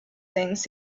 things